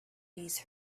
these